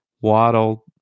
Waddle